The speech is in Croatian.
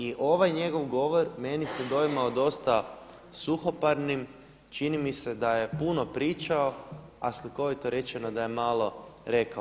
I ovaj njegov govor meni se doimao dosta suhoparnim, čini mi se da je puno pričao, a slikovito rečeno, da je malo rekao.